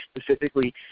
specifically